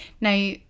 Now